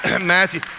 Matthew